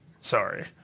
sorry